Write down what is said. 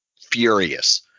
furious